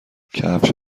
کفش